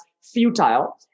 futile